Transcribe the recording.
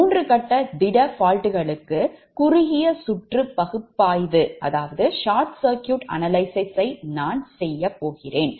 மூன்று கட்ட திட faultகளுக்கு குறுகிய சுற்று பகுப்பாய்வு நான் செய்து காண்பிப்பேன்